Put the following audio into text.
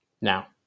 Now